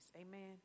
Amen